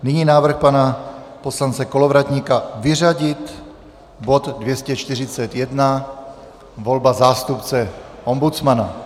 Nyní návrh pana poslance Kolovratníka vyřadit bod 241 volba zástupce ombudsmana.